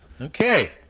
Okay